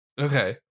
Okay